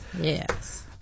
Yes